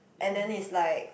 and then is like